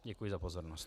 Děkuji za pozornost.